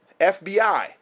FBI